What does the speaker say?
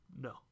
no